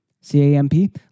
C-A-M-P